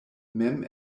mem